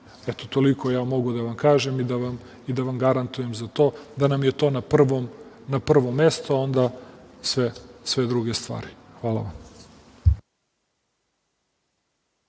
Toliko, mogu da vam kažem i da vam garantujem za to, da nam je to na prvom mestu, a onda sve druge stvari. Hvala vam.